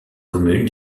commune